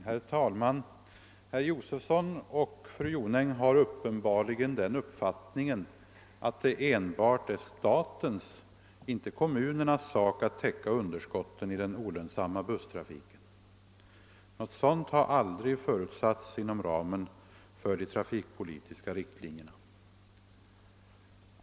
Herr talman! Herr Josefson och fru Jonäng är uppenbarligen av den uppfattningen att det enbart är statens, inte kommunernas, sak att täcka underskotten i den olönsamma busstrafiken. Något sådant har aldrig förutsatts inom ramen för de trafikpolitiska riktlinjerna.